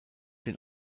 den